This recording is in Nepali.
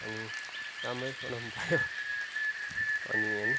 अनि राम्रै बनाउन पऱ्यो अनि होइन